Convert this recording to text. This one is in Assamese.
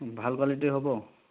ভাল কোৱালিটিৰ হ'ব